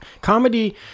comedy